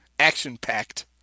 action-packed